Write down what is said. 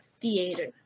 theater